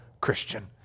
Christian